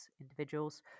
individuals